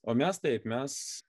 o mes taip mes